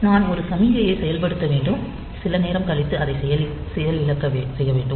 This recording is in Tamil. நான் ஒரு சமிக்ஞையை செயல்படுத்த வேண்டும் சில நேரம் கழித்து அதை செயலிழக்க செய்ய வேண்டும்